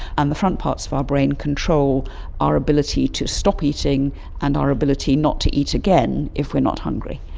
and the front parts of our brain control our ability to stop eating and our ability not to eat again if we are not hungry.